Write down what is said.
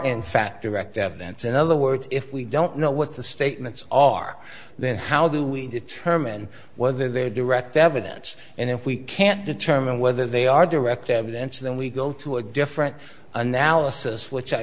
in fact direct evidence in other words if we don't know what the statements are then how do we determine whether they're direct evidence and if we can't determine whether they are direct evidence then we go to a different analysis which i